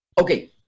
Okay